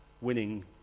winning